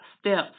steps